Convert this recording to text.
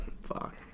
fuck